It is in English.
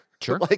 Sure